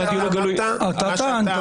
אתה טועה,